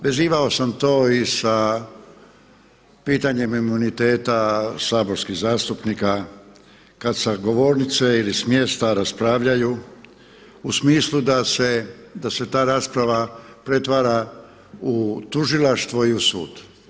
Vezivao sam to i sa pitanjem imuniteta saborskih zastupnika kada sa govornice ili s mjesta raspravljaju u smislu da se ta rasprava pretvara u tužilaštvo i u sud.